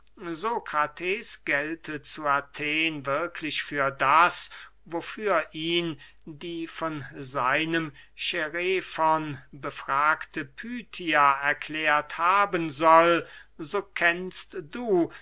gälte zu athen wirklich für das wofür ihn die von seinem chärefon befragte pythia erklärt haben soll so kennst du